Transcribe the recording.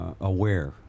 aware